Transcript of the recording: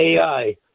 AI